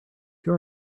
your